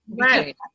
right